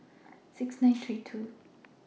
six nine three two